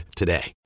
today